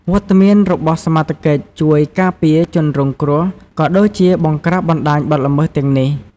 វត្តមានរបស់សមត្ថកិច្ច ជួយ ការពារជនរងគ្រោះ ក៏ដូចជា បង្ក្រាបបណ្តាញបទល្មើស ទាំងនេះ។